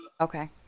Okay